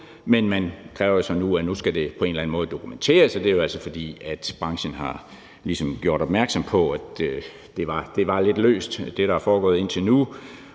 men man kræver så nu, at det på en eller anden måde skal kunne dokumenteres, og det er jo altså, fordi branchen har gjort opmærksom på, at det, der er foregået indtil nu,